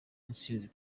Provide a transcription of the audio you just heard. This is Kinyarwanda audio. intsinzi